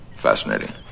fascinating